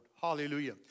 Hallelujah